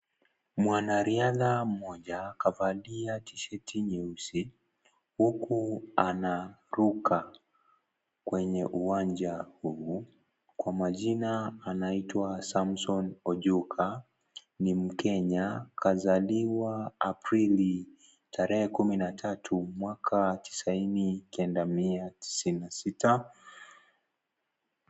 Mwanariadha mmoja kavalia tisheti nyeusi, huku anaruka kwenye uwanja huu. Kwa majina anaitwa Samson Ojuka, ni mkenya kazaliwa Aprili tarehe kumi na tatu mwaka wa tisaini kenda mia tisini na sita.